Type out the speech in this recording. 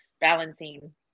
balancing